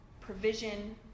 provision